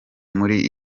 muri